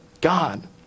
God